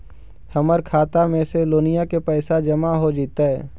हमर खातबा में से लोनिया के पैसा जामा हो जैतय?